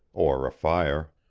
or a fire.